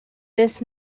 this